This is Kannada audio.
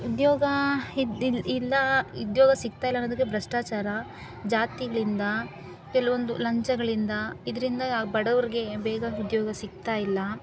ಉದ್ಯೋಗ ಇದ್ದ ಇಲ್ಲ ಇಲ್ಲ ಉದ್ಯೋಗ ಸಿಕ್ತಾ ಇಲ್ಲ ಅನ್ನೋದಕ್ಕೆ ಭ್ರಷ್ಟಾಚಾರ ಜಾತಿಗಳಿಂದ ಕೆಲವೊಂದು ಲಂಚಗಳಿಂದ ಇದರಿಂದ ಬಡವ್ರಿಗೆ ಬೇಗ ಉದ್ಯೋಗ ಸಿಕ್ತಾ ಇಲ್ಲ